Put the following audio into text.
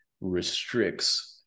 restricts